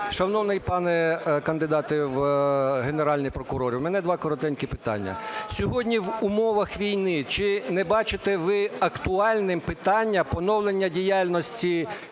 Шановний пане кандидате в Генеральні прокурори, у мене два коротенькі питання. Сьогодні в умовах війни, чи не бачите ви актуальним питання поновлення діяльності